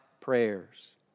prayers